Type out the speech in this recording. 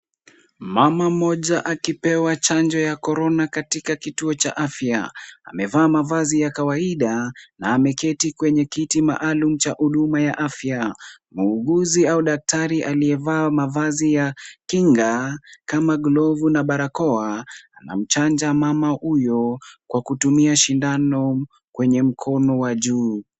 Mama mmoja akipewa chanjo ya korona katika kituo cha afya amevaa mavazi ya kawaida na ameketi kwenye kiti maalum cha huduma ya afya. Muuguzi au daktari aliyevaa mavazi ya kinga kama glovu na barakoa anamchanja mama huyo kwa kutumia sindano kwenye mkono wa juu.